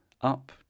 Up